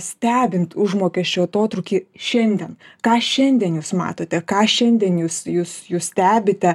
stebint užmokesčio atotrūkį šiandien ką šiandien jūs matote ką šiandien jūs jūs jūs stebite